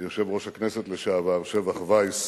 יושב-ראש הכנסת לשעבר שבח וייס,